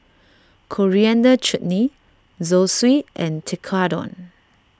Coriander Chutney Zosui and Tekkadon